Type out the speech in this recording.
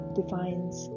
defines